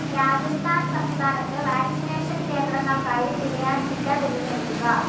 രാജസ്ഥാൻ സംസ്ഥാനത്ത് വാക്സിനേഷൻ കേന്ദ്രങ്ങൾക്കായി തിരയാൻ ജില്ല തിരഞ്ഞെടുക്കുക